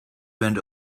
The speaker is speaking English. went